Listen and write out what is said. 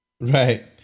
Right